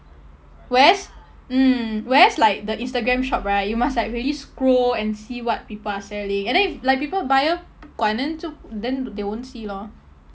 whereas mm whereas like the instagram shop right you must like really scroll and see what people are selling and then if like people buyer 不管 then 就 then they won't see lor